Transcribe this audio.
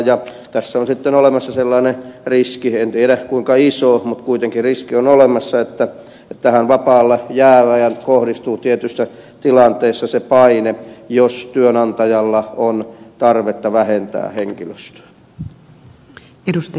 ja tässä on sitten olemassa sellainen riski en tiedä kuinka iso mutta kuitenkin riski on olemassa että tähän vapaalle jäävään kohdistuu tietyssä tilanteessa se paine jos työnantajalla on tarvetta vähentää henkilöstöä